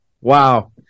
Wow